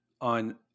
on